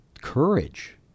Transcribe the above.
courage